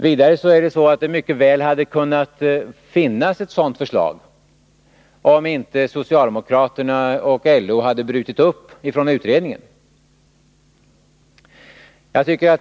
För det andra kunde det mycket väl ha funnits ett sådant förslag, om inte socialdemokraterna och LO hade brutit upp från utredningen.